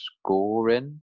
scoring